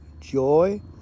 joy